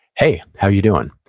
hey, how are you doing?